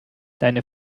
deine